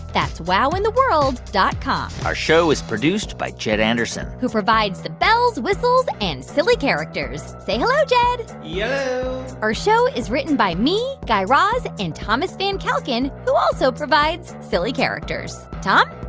that's wowintheworld dot com our show is produced by jed anderson who provides the bells whistles and silly characters. say hello, jed yello yeah our show is written by me, guy raz and thomas van kalken, who also provides silly characters. tom?